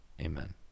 Amen